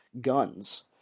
guns